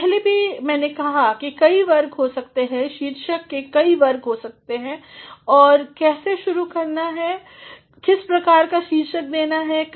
पहले भी मैने कहा है कि कई वर्ग हो सकते हैं शीर्षक के कई वर्ग हो सकते हैं कि कैसे शुरू करना चाहिए और किस प्रकार का शीर्षक देना चाहिए